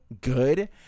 good